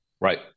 right